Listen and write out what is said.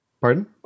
Pardon